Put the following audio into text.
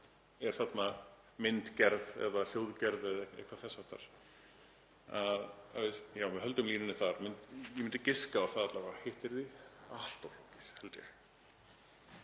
er þarna myndgerð eða hljóðgerð eða eitthvað þess háttar, að við höldum línunni. Ég myndi giska á það alla vega. Hitt yrði allt of flókið, held ég.